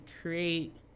create